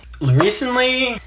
Recently